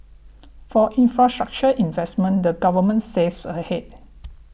for infrastructure investments the Government saves ahead